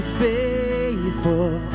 faithful